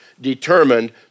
determined